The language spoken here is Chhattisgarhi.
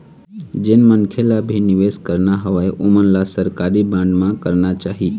जेन मनखे ल भी निवेस करना हवय ओमन ल सरकारी बांड म करना चाही